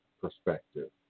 perspective